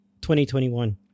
2021